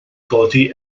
godi